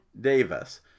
Davis